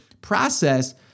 process